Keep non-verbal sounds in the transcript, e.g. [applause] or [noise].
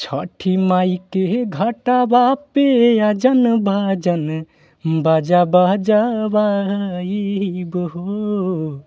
[unintelligible]